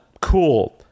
cool